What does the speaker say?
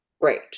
great